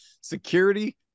security